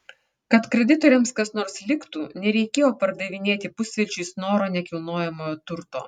kad kreditoriams kas nors liktų nereikėjo pardavinėti pusvelčiui snoro nekilnojamojo turto